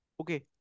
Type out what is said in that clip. Okay